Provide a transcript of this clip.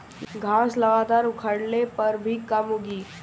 घास लगातार उखड़ले पर भी कम उगी